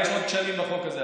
הרי יש עוד כשלים בחוק הזה,